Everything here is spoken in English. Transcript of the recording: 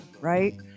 right